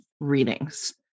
readings